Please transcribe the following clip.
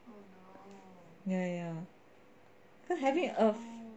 ya ya ya